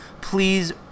Please